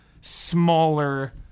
smaller